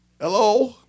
Hello